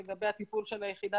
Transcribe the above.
לגבי הטיפול של היחידה